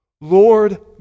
Lord